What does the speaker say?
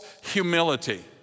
humility